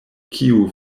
kiu